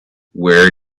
where